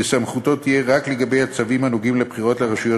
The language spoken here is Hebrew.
וסמכותו תהיה רק לגבי הצווים הנוגעים לבחירות לרשויות